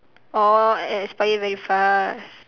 oh expire very fast